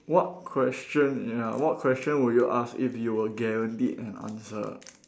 what question ya what question would you ask if you were guaranteed an answer